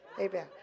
Amen